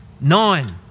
Nine